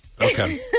Okay